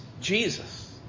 Jesus